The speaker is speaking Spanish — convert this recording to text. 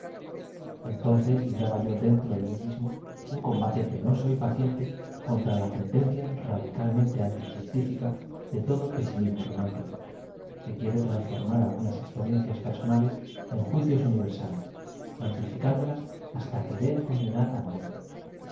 entoncee libraba y o dentro de mi mismo uu combate peno so y paciente contra la tendencia radicalmente anti cientíñca de todo peeimismo rom ánticj que quiere transformar algunas experiencias personales en jui d os universales amplificándolas haata querer conde nar al mundo